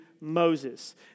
Moses